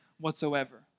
whatsoever